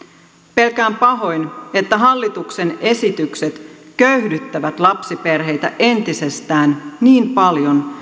pelkään pahoin että hallituksen esitykset köyhdyttävät lapsiperheitä entisestään niin paljon